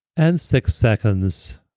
and six seconds